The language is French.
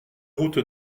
route